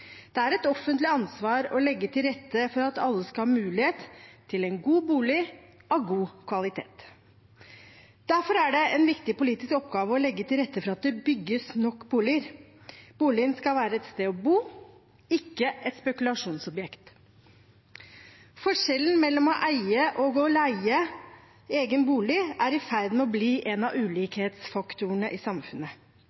Det er et offentlig ansvar å legge til rette for at alle skal ha mulighet til en god bolig av god kvalitet. Derfor er det en viktig politisk oppgave å legge til rette for at det bygges nok boliger. Boligen skal være et sted å bo, ikke et spekulasjonsobjekt. Forskjellen mellom å eie og å leie egen bolig er i ferd med å bli en av